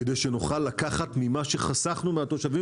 כדי שנוכל לקחת ממה שחסכנו מהתושבים